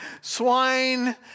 swine